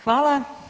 Hvala.